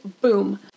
boom